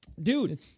dude